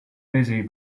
busy